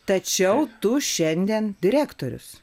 tačiau tu šiandien direktorius